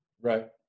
Right